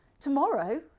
Tomorrow